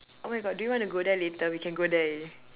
oh my God do you want to go there later we can go there